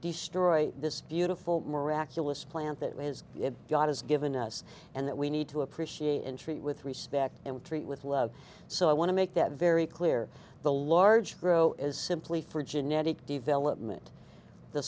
destroy this beautiful miraculous plant that is it god has given us and that we need to appreciate and treat with respect and treat with love so i want to make that very clear the large grow is simply for genetic development the